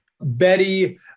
Betty